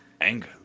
Anger